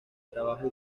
trabajo